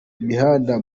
mihanda